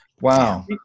wow